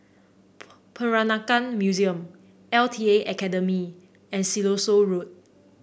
Peranakan Museum L T A Academy and Siloso Road